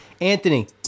Anthony